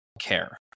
care